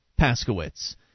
Paskowitz